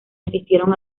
asistieron